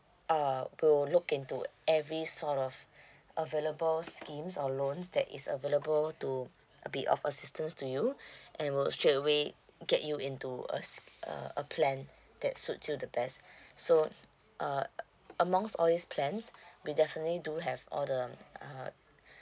uh we'll look into every sort of available schemes or loans that is available to uh be of assistance to you and will straight away get you into a s~ a a plan that suit you the best so uh amongst all these plans we definitely do have all the uh